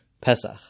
Pesach